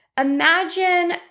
Imagine